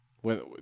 When-